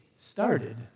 started